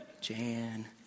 Jan